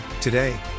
Today